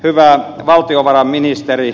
hyvä valtiovarainministeri